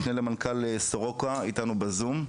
משנה למנכ"ל סורוקה שנמצא איתנו בזום.